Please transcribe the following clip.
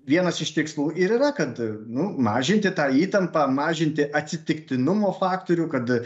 vienas iš tikslų ir yra kad nu mažinti tą įtampą mažinti atsitiktinumo faktorių kad